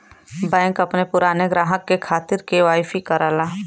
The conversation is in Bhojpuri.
बैंक अपने पुराने ग्राहक के खातिर के.वाई.सी करला